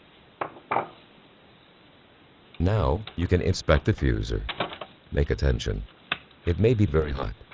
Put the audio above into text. ah now you can inspect the fuser make attention it may be very hot